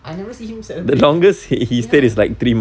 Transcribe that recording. I never see him celebrate like ya